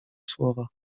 słowa